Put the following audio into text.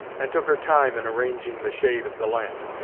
and took her time in arranging the shade of the lamp.